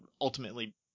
ultimately